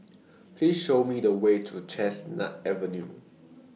Please Show Me The Way to Chestnut Avenue